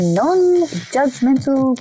non-judgmental